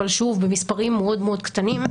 אבל שוב במספרים מאוד מאוד קטנים,